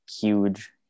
huge